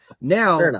Now